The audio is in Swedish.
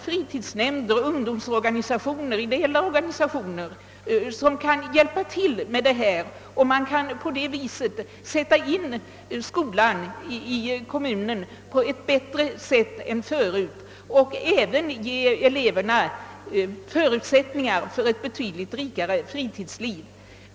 Fritidsnämnder, ungdomsorganisationer och andra ideella sammanslutningar kan hjälpa till med detta arbete, varigenom man på ett bättre sätt än förut skulle kunna samordna skolan med kommunens verksamhet i övrigt och även ge eleverna förutsättningar för ett betydligt rikare fritidsliv.